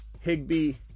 higby